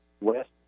West